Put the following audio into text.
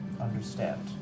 understand